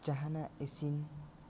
ᱡᱟᱸᱦᱟᱱᱟᱜ ᱤᱥᱤᱱ